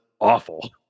awful